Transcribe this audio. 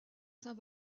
saint